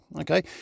okay